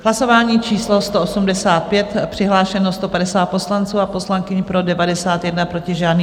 Hlasování číslo 185, přihlášeno 150 poslanců a poslankyň, pro 91, proti žádný.